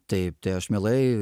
taip tai aš mielai